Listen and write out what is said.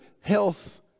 health